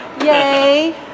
Yay